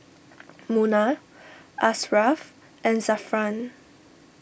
Munah Ashraf and Zafran